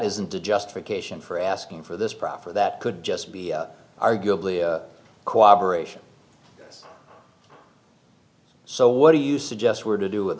isn't a justification for asking for this proffer that could just be arguably cooperation so what do you suggest we're to do with